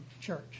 church